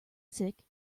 sick